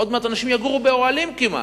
עוד מעט אנשים יגורו באוהלים כמעט,